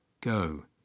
Go